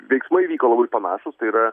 veiksmai vyko labai panašūs tai yra